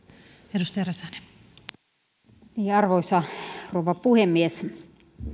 arvoisa rouva puhemies